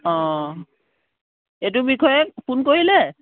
অঁ এইটো বিষয়ে ফোন কৰিলে